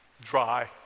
dry